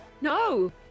No